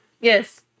Yes